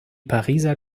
pariser